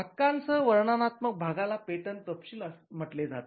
हक्कांसह वर्णनात्मक भागाला पेटंट तपशील म्हटले जाते